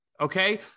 Okay